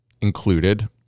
included